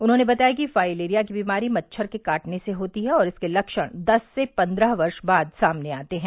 उन्होंने बताया कि फाइलेरिया की बीमारी मच्छर के काटने से होती है और इसके लक्षण दस से पंद्रह वर्ष बाद सामने आते हैं